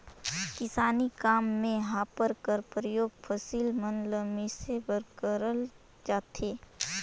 किसानी काम मे हापर कर परियोग फसिल मन ल मिसे बर करल जाथे